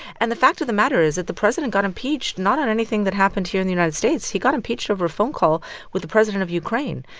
and the fact of the matter is that the president got impeached not on anything that happened here in the united states. he got impeached over a phone call with the president of ukraine.